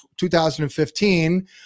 2015